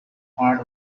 part